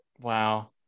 Wow